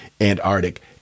Antarctic